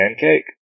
Pancake